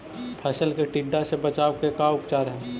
फ़सल के टिड्डा से बचाव के का उपचार है?